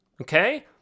okay